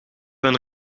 een